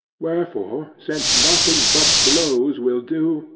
wherefore, since nothing but blows will do,